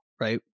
Right